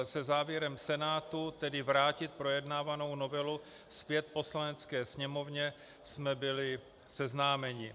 Se závěrem Senátu, tedy vrátit projednávanou novelu zpět Poslanecké sněmovně, jsme byli seznámeni.